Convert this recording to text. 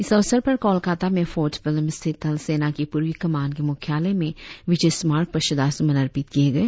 इस अवसर पर कोलकाता में फोर्ट विलियम स्थित थलसेना की पूर्वी कमान के मुख्यालय में विजय स्मारक पर श्रद्धासुमन अर्पित किए गए